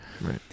Right